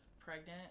Pregnant